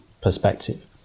perspective